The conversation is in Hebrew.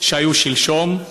שהיו שלשום.